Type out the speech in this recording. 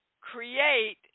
create